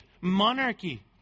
monarchy